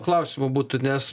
klausimų būtų nes